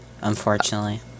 Unfortunately